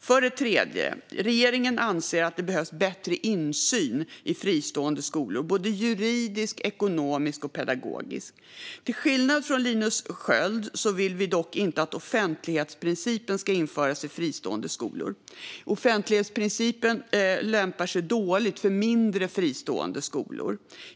För det tredje: Regeringen anser att det behövs bättre insyn i fristående skolor - juridisk, ekonomisk och pedagogisk. Till skillnad från Linus Sköld vill vi dock inte att offentlighetsprincipen ska införas i fristående skolor. Offentlighetsprincipen lämpar sig dåligt för mindre, fristående skolor.